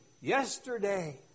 yesterday